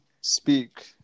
speak